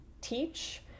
teach